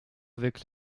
avec